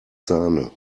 sahne